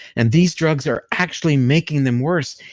and these drugs are actually making them worse,